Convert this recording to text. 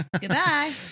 goodbye